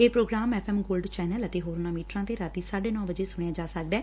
ਇਹ programme F gold channel ਅਤੇ ਹੋਰਨਾਂ ਮੀਟਰਾਂ ਤੇ ਰਾਤੀ ਸਾਢੇ ਨੌਂ ਵਜੇ ਸੁਣਿਆ ਜਾ ਸਕਦੈ